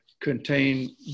contain